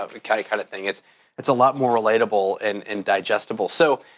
of kind of kind of thing. it's it's a lot more relatable and and digestible. so,